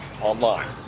online